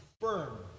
firm